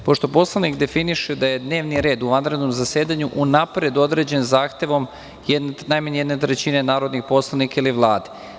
Pošto Poslovnik definiše da je dnevni red u vanrednom zasedanju unapred određen zahtevom najmanje 1/3 narodnih poslanika ili Vlade.